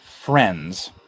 friends